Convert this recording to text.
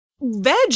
veg